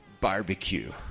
barbecue